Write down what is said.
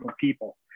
people